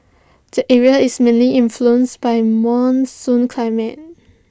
the area is mainly influenced by monsoon climate